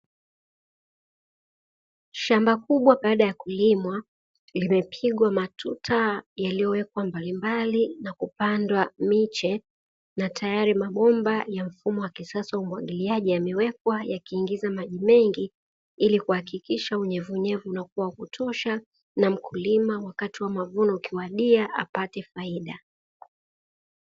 Shamba kubwa baada ya kulimwa limepigwa matuta yaliyowekwa mbalimbali na kupandwa miche, na tayari mabomba ya mfumo wa kisasa wa umwagiliaji yamewekwa, yakiingiza maji mengi ili kuhakikisha unyevuunyevu unakuwa wa kutosha na mkulima wakati wa mavuno ukiwadia apate faida.